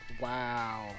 Wow